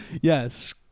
Yes